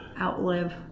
outlive